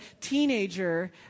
teenager